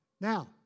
Now